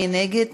מי נגד?